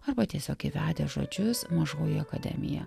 arba tiesiog įvedę žodžius mažoji akademija